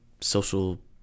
social